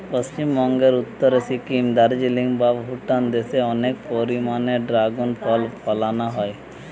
পশ্চিমবঙ্গের উত্তরে সিকিম, দার্জিলিং বা ভুটান দেশে অনেক পরিমাণে দ্রাগন ফল ফলানা হয়